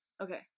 Okay